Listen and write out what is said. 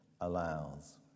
allows